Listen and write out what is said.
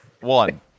One